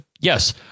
yes